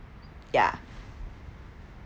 ya